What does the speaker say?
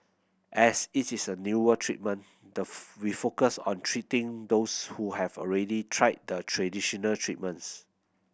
as it is a newer treatment the we focus on treating those who have already tried the traditional treatments